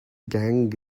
gang